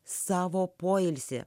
savo poilsį